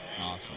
Awesome